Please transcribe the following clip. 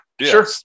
sure